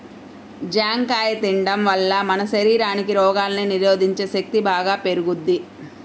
జాంకాయ తిండం వల్ల మన శరీరానికి రోగాల్ని నిరోధించే శక్తి బాగా పెరుగుద్ది